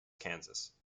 kansas